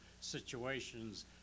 situations